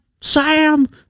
Sam